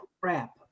crap